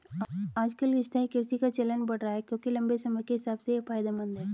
आजकल स्थायी कृषि का चलन बढ़ रहा है क्योंकि लम्बे समय के हिसाब से ये फायदेमंद है